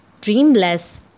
dreamless